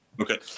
Okay